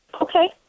Okay